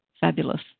fabulous